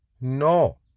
No